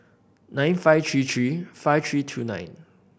nine five three three five three two nine